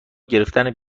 گرفتن